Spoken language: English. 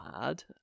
bad